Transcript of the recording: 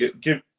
give